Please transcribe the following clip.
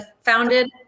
founded